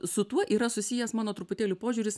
su tuo yra susijęs mano truputėlį požiūris